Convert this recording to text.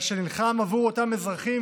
על שנלחם עבור אותם אזרחים,